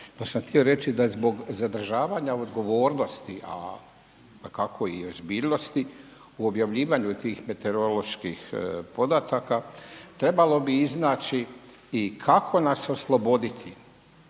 Pa sam htio reći da je zbog zadržavanja odgovornosti a dakako i ozbiljnosti u objavljivanju tih meteoroloških podataka trebalo bi iznaći i kako nas osloboditi